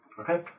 Okay